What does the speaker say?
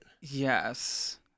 Yes